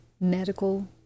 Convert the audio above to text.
medical